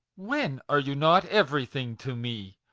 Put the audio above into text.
when are you not everything to me?